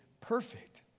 perfect